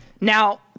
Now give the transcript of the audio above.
Now